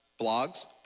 Blogs